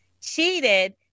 cheated